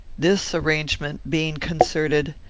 this arrangement being concerted,